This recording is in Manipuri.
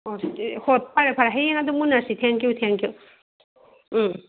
ꯑꯣ ꯑꯗꯨꯗꯤ ꯍꯣꯏ ꯐꯔꯦ ꯐꯔꯦ ꯍꯌꯦꯡ ꯑꯗꯨꯝ ꯌꯨꯅꯁꯤ thank you thank you um